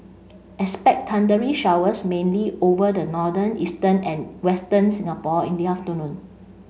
expect thundery showers mainly over the northern eastern and western Singapore in the afternoon